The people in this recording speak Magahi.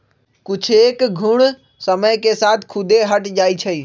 कुछेक घुण समय के साथ खुद्दे हट जाई छई